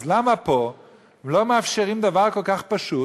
אז למה פה לא מאפשרים דבר כל כך פשוט?